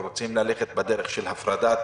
ורוצים ללכת בדרך של הפרדת